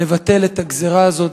לבטל את הגזירה הזו,